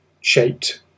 shaped